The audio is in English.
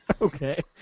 Okay